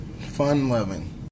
Fun-loving